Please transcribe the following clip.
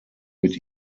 mit